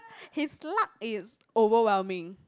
his luck is overwhelming